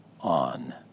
on